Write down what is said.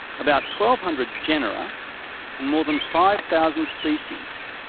about twelve hundred genera and more than five thousand species.